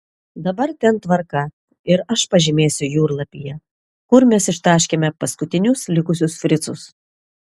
dabar ten tvarka ir aš pažymėsiu jūrlapyje kur mes ištaškėme paskutinius likusius fricus